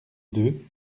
deux